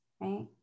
right